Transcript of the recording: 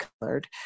colored